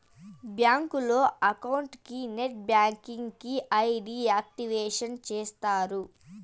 బ్యాంకులో అకౌంట్ కి net banking కి ఐ.డి యాక్టివేషన్ చేస్తారు